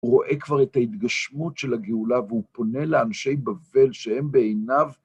הוא רואה כבר את ההתגשמות של הגאולה והוא פונה לאנשי בבל, שהם בעיניו